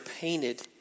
painted